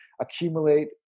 accumulate